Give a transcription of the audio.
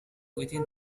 within